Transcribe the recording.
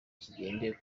kigendera